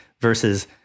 versus